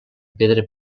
pedra